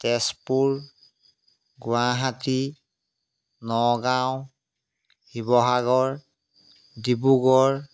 Tezpur Guwahati Nagaon Sivasagar Dibrugarh